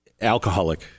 Alcoholic